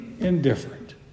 indifferent